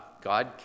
God